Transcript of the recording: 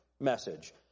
message